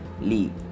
lead